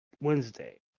Wednesday